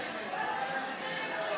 חרבות ברזל) (תיקון מס' 2),